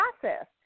process